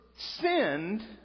sinned